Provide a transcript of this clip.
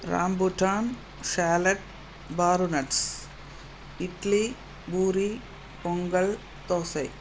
rambutan salad பாரு nuts idli puri pongal dosa